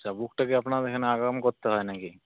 আচ্ছা বুকটা কি আপনার এখানে আগাম করতে হয় না কি